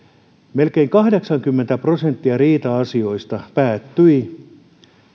melkein kahdeksankymmentä prosenttia riita asioista päättyi